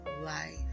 life